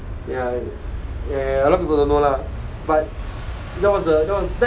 ya ya ya a lot of people don't know lah but that was the that was